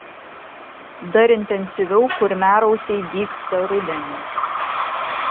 dar intensyviau kurmiarausiai dygsta rudenį